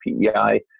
PEI